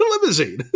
limousine